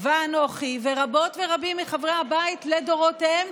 ואנוכי ורבות ורבים מחברי הבית לדורותיהם,